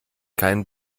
keinen